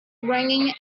ringing